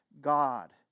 God